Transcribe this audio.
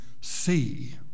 see